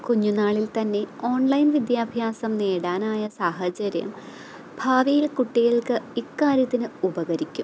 കുഞ്ഞു നാളിൽ തന്നേ ഓൺലൈൻ വിദ്യാഭ്യാസം നേടാനായ സാഹചര്യം ഭാവിയിൽ കുട്ടികൾക്ക് ഇക്കാര്യത്തിന് ഉപകരിക്കും